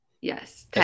Yes